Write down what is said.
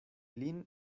lin